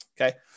Okay